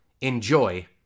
enjoy